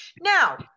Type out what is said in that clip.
Now